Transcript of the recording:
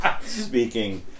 Speaking